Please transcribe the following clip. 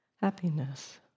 Happiness